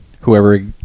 whoever